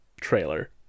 trailer